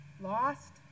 lost